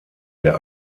der